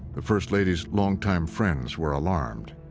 the first lady's longtime friends were alarmed.